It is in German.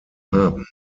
haben